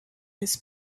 his